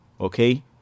okay